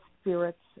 spirits